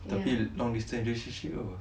tapi long distance relationship apa